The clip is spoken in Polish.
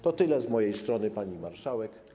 To tyle z mojej strony, pani marszałek.